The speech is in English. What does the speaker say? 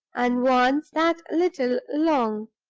and wants that little long.